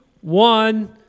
one